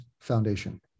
Foundation